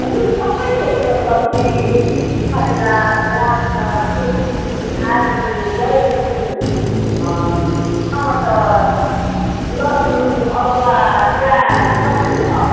हजुर सबै थोक छ सब्जी करेला मटर कोपी आलु बैगुन टमाटर लसुन अदुवा प्याज सबै छ